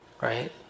Right